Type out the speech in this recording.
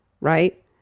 Right